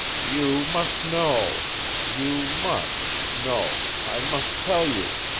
you must know you must know i must tell you.